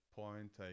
point